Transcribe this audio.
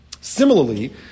Similarly